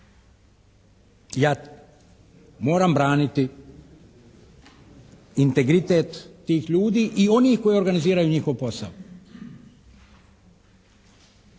Ja moram braniti integritet tih ljudi i onih koji organiziraju njihov posao.